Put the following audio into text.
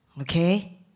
Okay